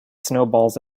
snowballs